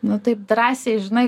na taip drąsiai žinai